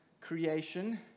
creation